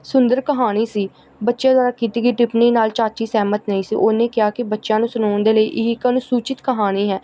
ਸੁੰਦਰ ਕਹਾਣੀ ਸੀ ਬੱਚਿਆਂ ਦੁਆਰਾ ਕੀਤੀ ਗਈ ਟਿੱਪਣੀ ਨਾਲ ਚਾਚੀ ਸਹਿਮਤ ਨਹੀਂ ਸੀ ਉਹਨੇ ਕਿਹਾ ਕਿ ਬੱਚਿਆਂ ਨੂੰ ਸੁਣਾਉਣ ਦੇ ਲਈ ਇਹ ਇੱਕ ਅਣਉਚਿਤ ਕਹਾਣੀ ਹੈ